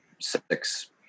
six